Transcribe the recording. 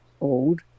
old